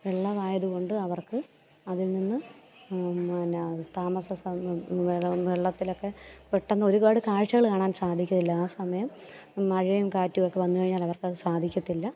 വെള്ളമായതുകൊണ്ട് അവർക്ക് അതിൽ നിന്ന് പിന്നെ താമസ സൗകര്യം വെ വെള്ളത്തിലൊക്കെ പെട്ടെന്ന് ഒരുപാട് കാഴ്ചകള് കാണാൻ സാധിക്കുമല്ലോ ആ സമയം മഴയും കാറ്റുമൊക്കെ വന്നു കഴിഞ്ഞാല് അവർക്കത് സാധിക്കത്തില്ല